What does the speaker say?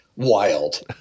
wild